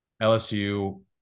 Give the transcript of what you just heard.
LSU